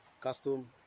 custom